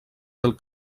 del